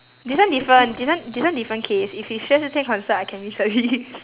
this one different this one this one different case if it's xue zhi qian concert I can leave early